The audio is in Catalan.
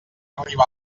arribar